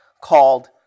called